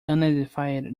unidentified